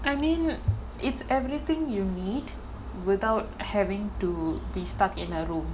I mean it's everything you need without having to be stuck in a room